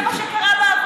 אתה יודע שאני צודקת,